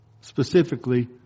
Specifically